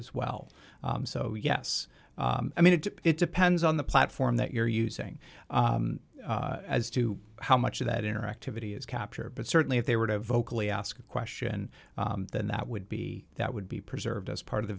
as well so yes i mean it depends on the platform that you're using as to how much of that interactivity is capture but certainly if they were to vocally ask a question then that would be that would be preserved as part of the